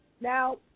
now